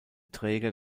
träger